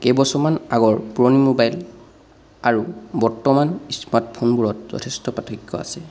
কেইবছৰমান আগৰ পুৰণি মোবাইল আৰু বৰ্তমান স্মাৰ্টফোনবোৰত যথেষ্ট পাৰ্থক্য আছে